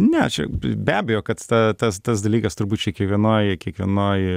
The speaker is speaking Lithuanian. ne čia be abejo kad ta tas tas dalykas turbūt čia kievienoj kiekvienoj